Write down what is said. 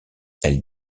elle